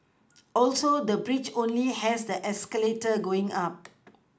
also the bridge only has the escalator going up